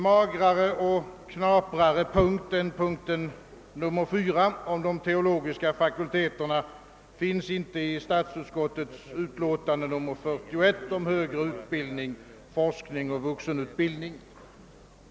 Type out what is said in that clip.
Magrare och knaprare punkt än nr 4 om de teologiska fakulteterna finns inte i statsutskottets utlåtande nr 41 om högre utbildning och forskning samt vuxenutbildning.